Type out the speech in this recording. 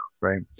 right